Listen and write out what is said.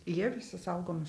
jie visi saugomi